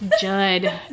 Judd